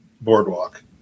boardwalk